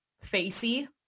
facey